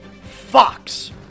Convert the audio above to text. Fox